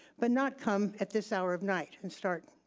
but not come at this hour of night and start